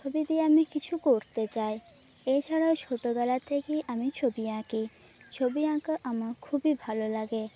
ছবি দিয়ে আমি কিছু করতে চাই এছাড়াও ছোটোবেলা থেকে আমি ছবি আঁকি ছবি আঁকা আমার খুবই ভালো লাগে